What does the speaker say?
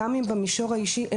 גם אם במישור האישי,